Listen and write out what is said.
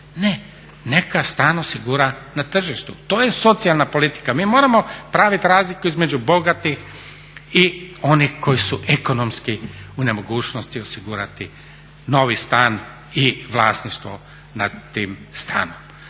Ne, neka stan osigura na tržištu. To je socijalna politika. Mi moramo praviti razliku između bogatih i onih koji su ekonomski u nemogućnosti osigurati novi stan i vlasništvo nad tim stanom.